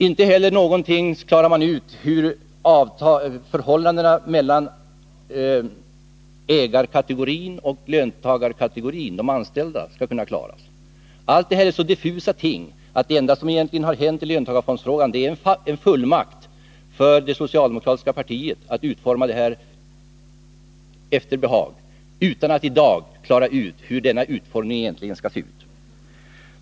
Inte heller klarar man ut hur förhållandena mellan ägarkategorin och löntagarkategorin — de anställda — skall regleras. Allt detta är så diffusa ting att det enda som egentligen har hänt i löntagarfondsfrågan är att det socialdemokratiska partiet fått fullmakt att utforma det här förslaget efter behag utan att i dag klara ut hur denna utformning egentligen skall se ut.